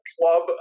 club